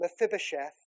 Mephibosheth